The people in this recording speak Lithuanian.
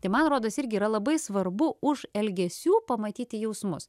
tai man rodos irgi yra labai svarbu už elgesių pamatyti jausmus